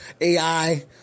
AI